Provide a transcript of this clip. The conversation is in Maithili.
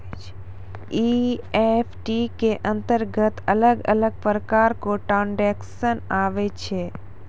ई.एफ.टी के अंतरगत अलग अलग प्रकार रो ट्रांजेक्शन आवै छै